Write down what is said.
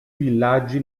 villaggi